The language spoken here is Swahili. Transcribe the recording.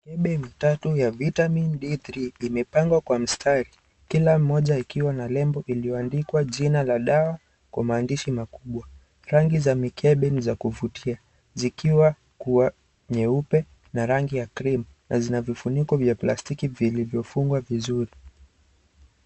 Mikebe mitatu ya Vitamin D3 imepangwa kwa mstari. Kila mmoja ikiwa na lebo iliyoandikwa jina la dawa kwa maandishi makubwa. Rangi za mikebe ni za kuvutia zikiwa nyeupe na rangi ya cream na zina vifuniko vya plastiki vilivyofungwa vizuri.